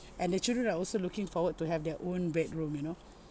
and the children are also looking forward to have their own bedroom you know